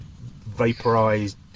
vaporized